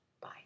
Bye